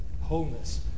wholeness